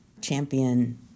champion